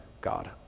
God